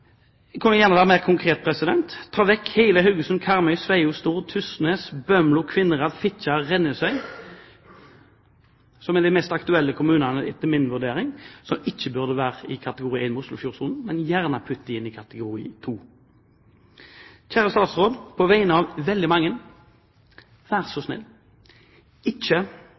Jeg kan gjerne være mer konkret: Ta vekk hele Haugesund, Karmøy, Sveio, Stord, Tysnes, Bømlo, Kvinnherad, Fitjar og Rennesøy, som er de mest aktuelle kommunene etter min vurdering, og som ikke burde være i kategori 1, Oslofjord-sonen. Men putt dem gjerne inn i kategori 2. Kjære statsråd – på vegne av veldig mange: Vær så snill, ikke